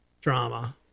drama